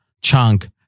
chunk